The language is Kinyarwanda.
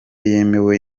yemewe